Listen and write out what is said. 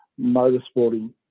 motorsporting